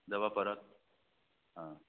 देबऽ पड़त हँ